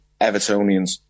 Evertonians